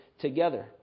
together